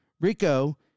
Rico